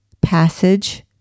passage